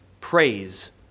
praise